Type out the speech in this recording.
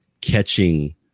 catching